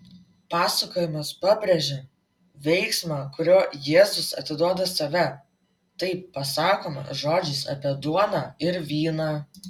pasakojimas pabrėžia veiksmą kuriuo jėzus atiduoda save tai pasakoma žodžiais apie duoną ir vyną